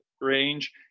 range